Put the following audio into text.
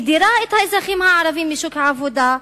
היא מדירה את האזרחים הערבים משוק העבודה,